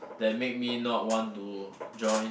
that make me not want to join